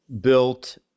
built